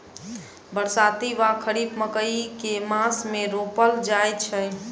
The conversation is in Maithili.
बरसाती वा खरीफ मकई केँ मास मे रोपल जाय छैय?